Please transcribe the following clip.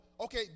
okay